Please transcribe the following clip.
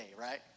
right